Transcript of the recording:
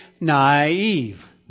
naive